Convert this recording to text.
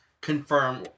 confirm